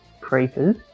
creepers